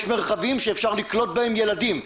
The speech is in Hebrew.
יש מרחבים שאפשר לקלוט בהם ילדים.